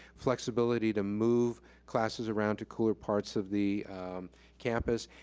flexibility to move classes around to cooler parts of the campus,